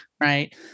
right